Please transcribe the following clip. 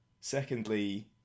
Secondly